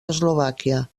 eslovàquia